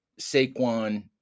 Saquon